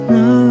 no